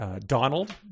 Donald